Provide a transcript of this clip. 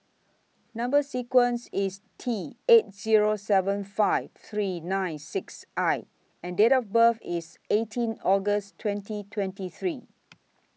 Number sequence IS T eight Zero seven five three nine six I and Date of birth IS eighteen August twenty twenty three